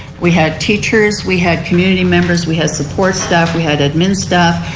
we had teachers. we had community members. we had support staff. we had admin staff.